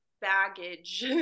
baggage